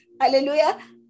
Hallelujah